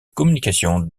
communication